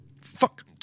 Fuck